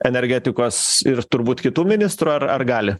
energetikos ir turbūt kitų ministrų ar ar gali